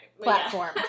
platform